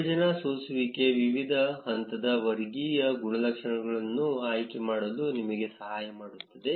ವಿಭಜನಾ ಸೋಸುವಿಕೆ ವಿವಿಧ ಹಂತದ ವರ್ಗೀಯ ಗುಣಲಕ್ಷಣಗಳನ್ನು ಆಯ್ಕೆ ಮಾಡಲು ನಿಮಗೆ ಸಹಾಯ ಮಾಡುತ್ತದೆ